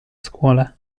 scuola